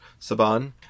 Saban